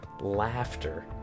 laughter